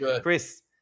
Chris